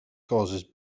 causes